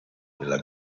nella